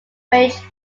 range